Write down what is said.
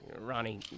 Ronnie